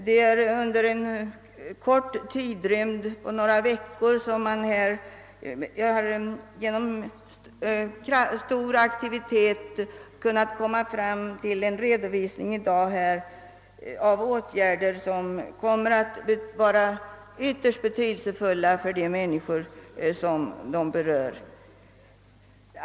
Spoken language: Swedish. Det är under en kort tidrymd — några veckor — som man genom stor aktivitet i dag kunnat lämna en redovisning av åtgärder, som kommer att vara ytterst betydelsefulla för de berörda människorna.